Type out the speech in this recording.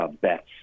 bets